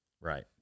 Right